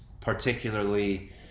particularly